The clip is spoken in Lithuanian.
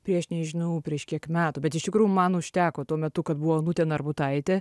prieš nežinau prieš kiek metų bet iš tikrųjų man užteko tuo metu kad buvo onutė narbutaitė